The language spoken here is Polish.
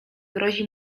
grozi